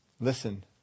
Listen